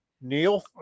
neil